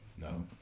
no